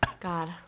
God